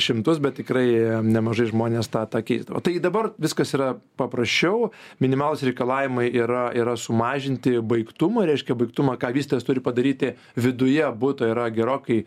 šimtus bet tikrai nemažai žmonės tą tą keisdavo tai dabar viskas yra paprasčiau minimalūs reikalavimai yra yra sumažinti baigtumą reiškia baigtumą ką vystytojas turi padaryti viduje buto yra gerokai